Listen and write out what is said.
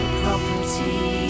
property